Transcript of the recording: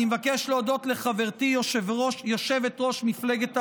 אני מבקש להודות לחברתי יושבת-ראש מפלגת העבודה,